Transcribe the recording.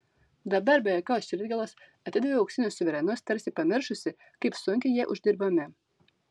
dabar be jokios širdgėlos atidaviau auksinius suverenus tarsi pamiršusi kaip sunkiai jie uždirbami